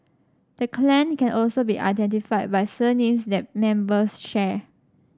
the clan can also be identified by surnames that members share